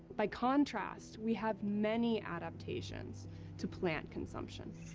by contrast, we have many adaptations to plant consumption.